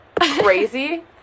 crazy